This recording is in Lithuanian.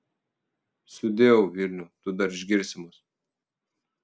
sudieu vilniau tu dar išgirsi mus